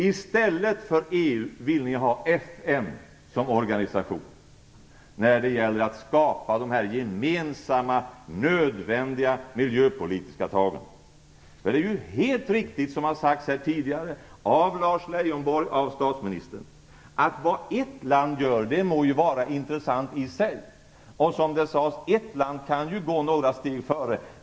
I stället för EU vill ni ha FN som organisation när det gäller att skapa de gemensamma och nödvändiga miljöpolitiska förutsättningarna. Det som har sagts här tidigare i dag av Lars Leijonborg och av statsministern är helt riktigt, nämligen att vad ett land gör må vara intressant i sig och att ett land kan gå några steg före.